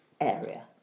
area